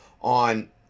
on